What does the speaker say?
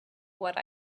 what